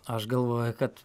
aš galvoju kad